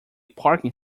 parking